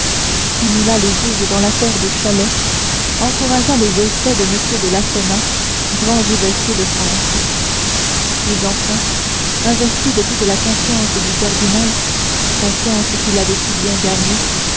stimula les juges dans l'affaire de chalais encouragea les essais de m de laffemas grand gibecier de france puis enfin investi de toute la confiance du cardinal confiance qu'il avait si bien gagnée